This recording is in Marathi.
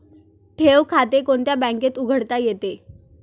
ठेव खाते कोणत्या बँकेत उघडता येते?